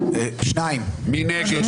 מי נמנע?